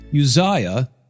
Uzziah